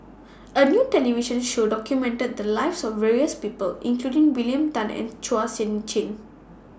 A New television Show documented The Lives of various People including William Tan and Chua Sian Chin